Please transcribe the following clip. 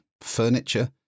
furniture